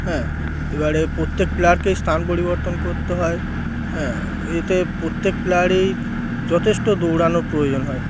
হ্যাঁ এবারে প্রত্যেক প্লেয়ারকেই স্থান পরিবর্তন করতে হয় হ্যাঁ এতে প্রত্যেক প্লেয়ারেরই যথেষ্ট দৌড়ানোর প্রয়োজন হয়